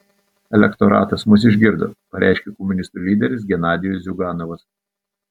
elektoratas mus išgirdo pareiškė komunistų lyderis genadijus ziuganovas